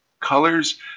Colors